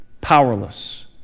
powerless